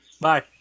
Bye